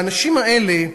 והאנשים האלה,